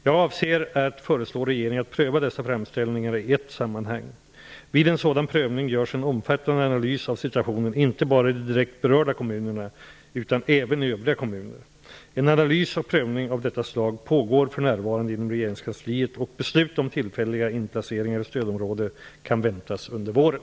Jag avser att föreslå regeringen att pröva dessa framställningar i ett sammanhang. Vid en sådan prövning görs en omfattande analys av situationen inte bara i de direkt berörda kommunerna utan även i övriga kommuner. En analys och prövning av detta slag pågår för närvarande inom regeringskansliet, och beslut om tillfälliga inplaceringar i stödområde kan väntas under våren.